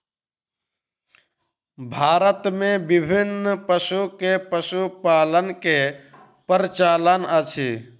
भारत मे विभिन्न पशु के पशुपालन के प्रचलन अछि